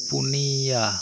ᱯᱩᱱᱤᱭᱟᱹ